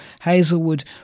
Hazelwood